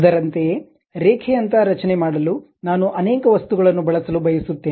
ಅದರಂತೆಯೇ ರೇಖೆಯಂತಹ ರಚನೆ ಮಾಡಲು ನಾನು ಅನೇಕ ವಸ್ತುಗಳನ್ನು ಬಳಸಲು ಬಯಸುತ್ತೇನೆ